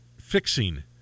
fixing